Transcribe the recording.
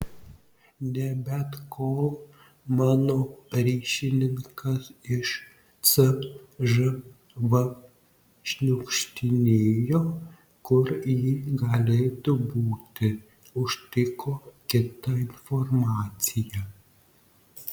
ne bet kol mano ryšininkas iš cžv šniukštinėjo kur ji galėtų būti užtiko kitą informaciją